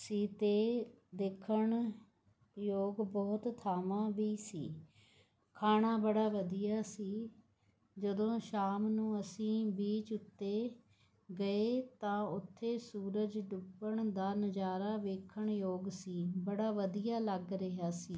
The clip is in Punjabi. ਸੀ ਅਤੇ ਦੇਖਣ ਯੋਗ ਬਹੁਤ ਥਾਵਾਂ ਵੀ ਸੀ ਖਾਣਾ ਬੜਾ ਵਧੀਆ ਸੀ ਜਦੋਂ ਸ਼ਾਮ ਨੂੰ ਅਸੀਂ ਬੀਚ ਉੱਤੇ ਗਏ ਤਾਂ ਉੱਥੇ ਸੂਰਜ ਡੁੱਬਣ ਦਾ ਨਜ਼ਾਰਾ ਵੇਖਣ ਯੋਗ ਸੀ ਬੜਾ ਵਧੀਆ ਲੱਗ ਰਿਹਾ ਸੀ